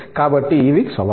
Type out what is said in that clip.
కాబట్టి ఇవి సవాళ్లు